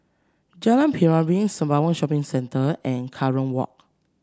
Jalan Piring Sembawang Shopping Centre and Kerong Walk